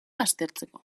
aztertzeko